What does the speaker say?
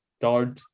Dollar